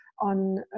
on